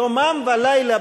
יומם ולילה,